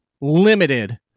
limited